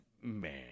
Man